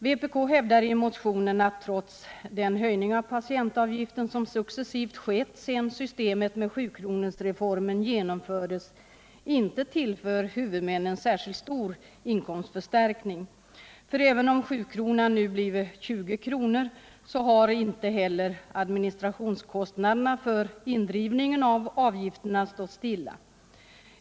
Vpk hävdar i motionen att patientavgiften, trots den höjning som successivt skett sedan systemet med sjukronorsreformen genomfördes, inte tillför huvudmännen särskilt stor inkomstförstärkning. För även om 7 kronan nu blivit 20 kr., så har inte heller administrationskostnaderna för indrivningen av avgifterna stått stilla.